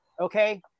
Okay